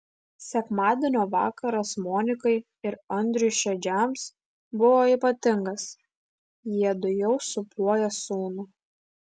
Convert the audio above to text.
sekmadienio vakaras monikai ir andriui šedžiams buvo ypatingas jiedu jau sūpuoja sūnų